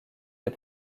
des